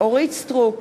אורית סטרוק,